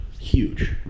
Huge